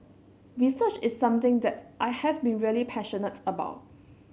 research is something that I have been really passionate about